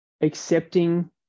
accepting